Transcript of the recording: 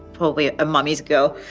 probably, a mommy's girl.